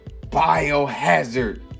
biohazard